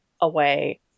away